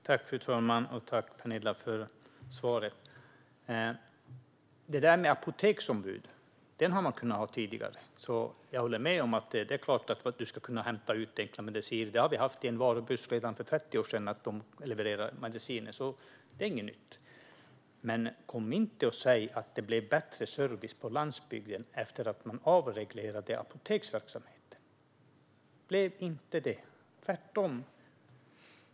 Fru talman! Tack, Penilla, för svaret! Apoteksombud har vi haft tidigare. Jag håller med om att man ska kunna hämta ut enklare mediciner. Redan för 30 år sedan hade vi varubussar som levererade mediciner, så det är inget nytt. Men kom inte och säg att det blev bättre service på landsbygden efter att apoteksverksamheten avreglerades! Det blev det inte - tvärtom.